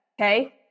Okay